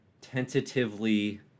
tentatively